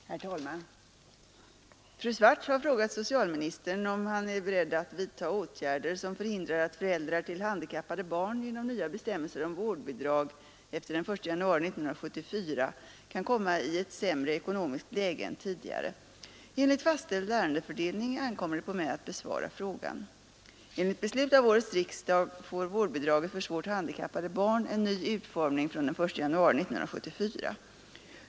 Herr talman! Fru Swartz har frågat socialministern om han är beredd att vidta åtgärder som förhindrar att föräldrar till handikappade barn genom nya bestämmelser om vårdbidrag efter den 1 januari 1974 kan komma i ett sämre ekonomiskt läge än tidigare. Enligt fastställd ärendefördelning ankommer det på mig att besvara frågan. Enligt beslut av årets riksdag får vårdbidraget för svårt handikappade barn en ny utformning från den 1 januari 1974.